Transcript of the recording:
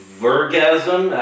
vergasm